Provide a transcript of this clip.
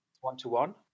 one-to-one